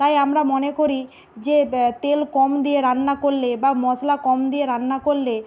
তাই আমরা মনে করি যে তেল কম দিয়ে রান্না করলে বা মশলা কম দিয়ে রান্না করলে